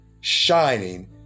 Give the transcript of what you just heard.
shining